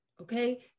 okay